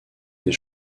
des